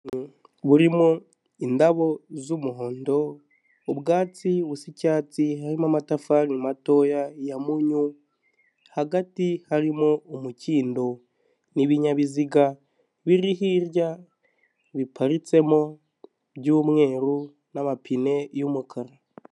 Burimo indabo z'umuhondo, ubwatsi busa icyatsi, harimo amatafari matoya ya mpunyu, hagati harimo umukindo n'ibinyabiziga biri hirya biparitsemo by'umweru n'amapine y'umukara.